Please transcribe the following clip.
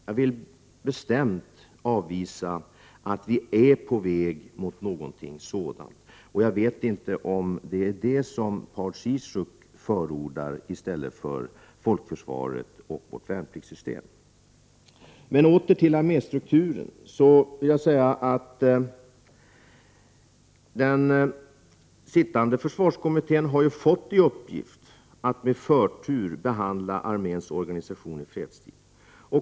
Jag vill bestämt avvisa att vi är på väg mot någonting sådant. Men det är kanske vad Paul Ciszuk förordar i stället för folkförsvaret och vårt värnpliktssystem. Återigen något om arméstrukturen. Den sittande försvarskommittén har ju fått i uppdrag att med förtur behandla frågan om arméns organisation i fredstid.